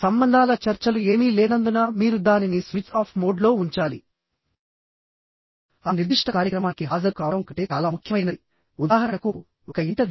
సంబంధాల చర్చలు ఏమీ లేనందున మీరు దానిని స్విచ్ ఆఫ్ మోడ్లో ఉంచాలి ఆ నిర్దిష్ట కార్యక్రమానికి హాజరు కావడం కంటే చాలా ముఖ్యమైనది ఉదాహరణకు ఒక ఇంటర్వ్యూ